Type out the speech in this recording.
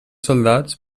soldats